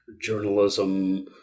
journalism